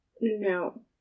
No